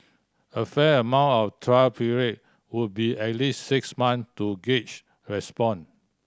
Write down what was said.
a fair amount of trial period would be at least six months to gauge response